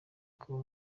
kuba